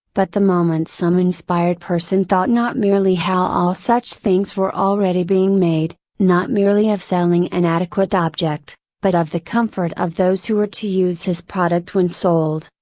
but the moment some inspired person thought not merely how all such things were already being made, not merely of selling an adequate object, but of the comfort of those who were to use his product when sold,